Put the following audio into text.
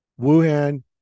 Wuhan